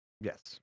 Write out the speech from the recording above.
Yes